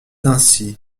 ainsi